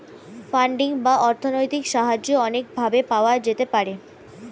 funding বা অর্থনৈতিক সাহায্য অনেক ভাবে পাওয়া যেতে পারে